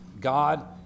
God